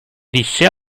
visse